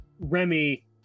Remy